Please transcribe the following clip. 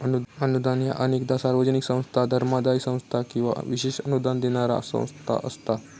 अनुदान ह्या अनेकदा सार्वजनिक संस्था, धर्मादाय संस्था किंवा विशेष अनुदान देणारा संस्था असता